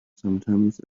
sometimes